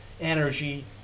energy